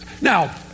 Now